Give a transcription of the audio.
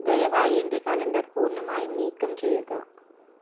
ദയവായി എൻ്റെ കലണ്ടർ പൂർണ്ണമായും നീക്കം ചെയ്യുക